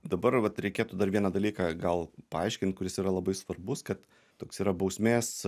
dabar vat reikėtų dar vieną dalyką gal paaiškint kuris yra labai svarbus kad toks yra bausmės